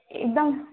एकदम